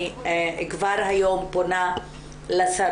אני כבר היום פונה לשרות,